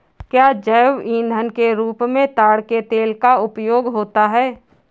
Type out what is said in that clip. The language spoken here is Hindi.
क्या जैव ईंधन के रूप में ताड़ के तेल का उपयोग होता है?